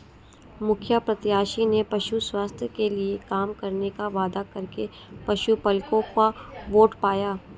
मुखिया प्रत्याशी ने पशु स्वास्थ्य के लिए काम करने का वादा करके पशुपलकों का वोट पाया